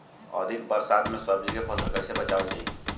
अधिक बरसात में सब्जी के फसल कैसे बचावल जाय?